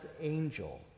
angel